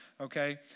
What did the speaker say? okay